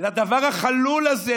לדבר החלול הזה,